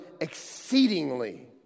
exceedingly